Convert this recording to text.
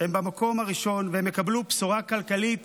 הם במקום הראשון, והם יקבלו בשורה כלכלית